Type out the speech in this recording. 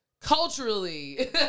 culturally